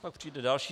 Pak přijde další.